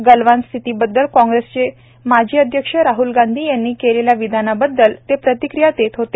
गलवानस्थितीबद्दल काँग्रेसचे माजी अध्यक्ष राहल गांधी यांनी केलेल्या विधानांबद्दल ते प्रतिक्रीया देत होते